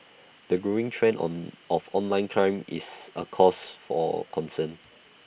the growing trend on of online crime is A cause for concern